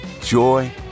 joy